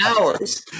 hours